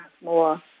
more